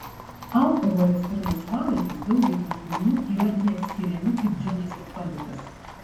alkoholis ir laisvalaikis daugeliui žmonių yra neatskiriami kaip džinas ir tonikas